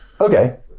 Okay